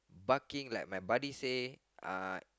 barking like my buddy say uh